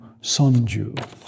Sonju